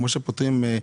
כמו שפותרים,